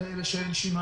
למי שאין לו שיניים.